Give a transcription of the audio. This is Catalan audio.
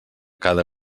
cada